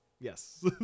Yes